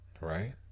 right